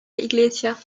iglesia